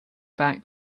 back